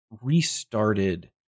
restarted